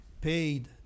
paid